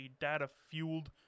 data-fueled